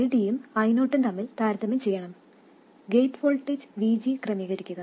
ID യും I0 ഉം തമ്മിൽ താരതമ്യം ചെയ്യണം ഗേറ്റ് വോൾട്ടേജ് VG ക്രമീകരിക്കുക